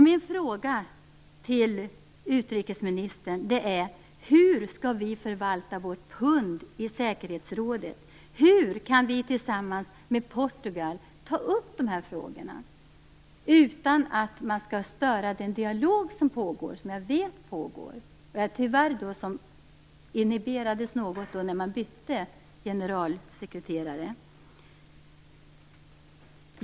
Mina frågor till utrikesministern är: Hur skall vi förvalta vårt pund i säkerhetsrådet? Hur kan vi tillsammans med Portugal ta upp de här frågorna utan att störa den dialog som jag vet pågår? Tyvärr inhiberades den något vid bytet av generalsekreterare.